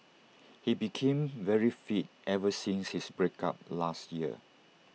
he became very fit ever since his break up last year